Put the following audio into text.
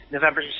November